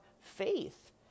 faith